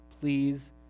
please